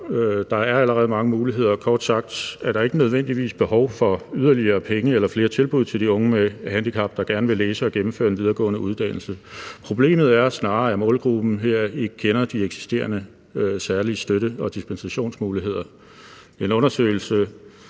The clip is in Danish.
der er allerede mange muligheder. Kort sagt er der ikke nødvendigvis behov for yderligere penge eller flere tilbud til de unge med handicap, der gerne vil læse og gennemføre en videregående uddannelse. Problemet er snarere, at målgruppen her ikke kender de eksisterende særlige støtte- og dispensationsmuligheder. En undersøgelse